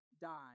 die